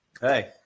Hey